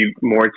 more